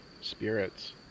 spirits